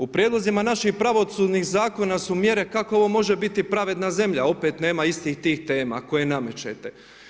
U prijedlozima naših pravosudnih zakona su mjere kako ovo može biti pravedna zemlja, opet nema istih tih tema koje namećete.